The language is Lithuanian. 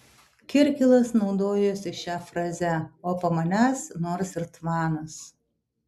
kirkilas naudojosi šia fraze o po manęs nors ir tvanas